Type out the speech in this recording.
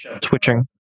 twitching